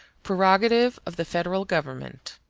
prerogative of the federal government